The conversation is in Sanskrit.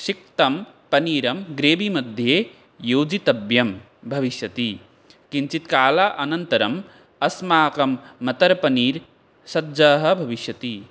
सिक्तं पनीरं ग्रेवीमध्ये योजितव्यं भविष्यति किञ्चित् कालानन्तरम् अस्माकं मतर् पन्नीर् सज्जः भविष्यति